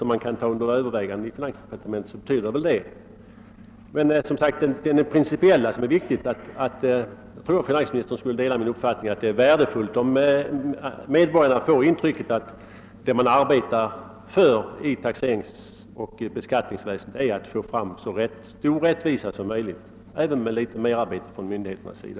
Men det är det principiella som är viktigt, och jag trodde att finansministern skulle dela min uppfattning att det är värdefullt om medborgarna bibringas det intrycket att man arbetar för att i taxeringsoch beskattningsväsendet få fram så stor rättvisa som möjligt, även om det skulle medföra ett merarbete för myndigheterna.